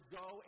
go